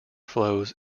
flows